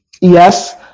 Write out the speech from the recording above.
Yes